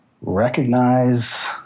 recognize